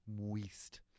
Moist